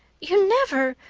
you'd never!